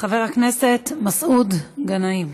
חבר הכנסת מסעוד גנאים.